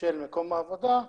של מקום העבודה.